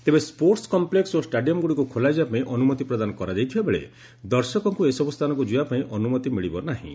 ତେବେ sports complex ଓ ଷ୍ଟାଡିୟମ୍ଗୁଡ଼ିକୁ ଖୋଲାଯିବାପାଇଁ ଅନୁମତି ପ୍ରଦାନ କରାଯାଇଥିବାବେଳେ ଦର୍ଶକଙ୍କୁ ଏସବୁ ସ୍ଥାନକୁ ଯିବାପାଇଁ ଅନୁମତି ମିଳିବ ନାହିଁ